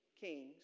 kings